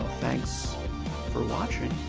thanks for watching.